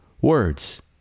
words